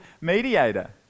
mediator